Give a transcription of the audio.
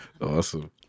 Awesome